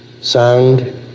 Sound